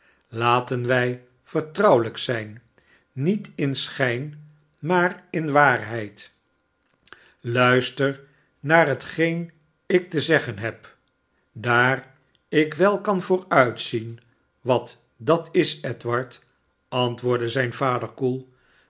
laten wij vertrouwelijk zijn niet in schijn maar in waarheid luister naar hetgeen ik te zeggen heb s daar ik wel kan vooruitzien wat dat is edward antwoordde zijn vader koel